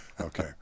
Okay